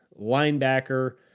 linebacker